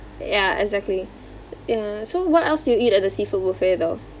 ya exactly ya so what else do you eat at the seafood buffet though